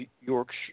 Yorkshire